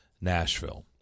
nashville